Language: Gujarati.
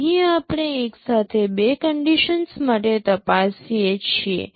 અહીં આપણે એક સાથે બે કન્ડિશન્સ માટે તપાસીએ છીએ